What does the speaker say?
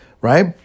Right